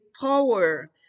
power